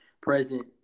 present